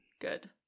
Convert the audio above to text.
Good